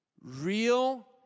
Real